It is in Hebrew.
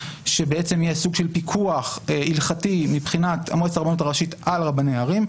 שיהיה סוג של פיקוח הלכתי מבחינת מועצת הרבנות הראשית על רבני הערים,